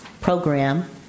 program